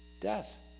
Death